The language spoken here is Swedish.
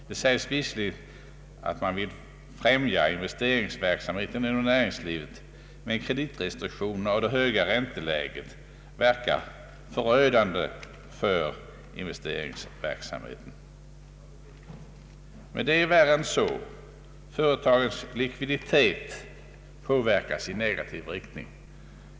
Det sägs visserligen att man vill främja investeringsverksamheten inom näringslivet, men kreditrestriktionerna och det höga ränteläget har förödande effekt på investeringsverksamheten. Men det är värre än så. Företagens likviditet: påverkas i negativ riktning.